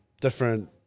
different